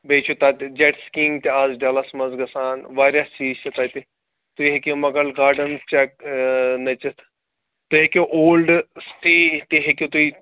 بیٚیہِ چھِ تَتہِ جَٹ سِکیٖنٛگ تہِ آز ڈَلَس منٛز گژھان واریاہ چیٖز چھِ تَتہِ تُہۍ ہیٚکِو مغل گاڈنٛز چَک نٔژِتھ تُہۍ ہیٚکِو اولڈٕ سِٹی تہِ ہیٚکِو تُہۍ